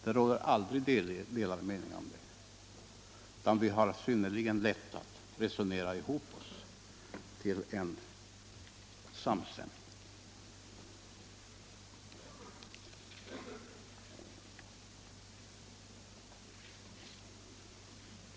Det råder aldrig delade meningar om det, utan vi har synnerligen lätt att resonera ihop oss till en samstämmighet.